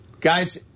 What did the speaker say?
Guys